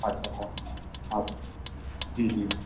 अच्छा अच्छा हा जी जी